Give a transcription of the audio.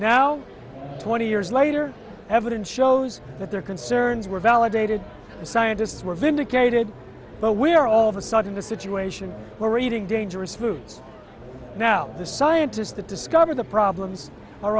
now twenty years later evidence shows that their concerns were validated and scientists were vindicated but we're all of a sudden the situation we're reading dangerous food now the scientists that discovered the problems are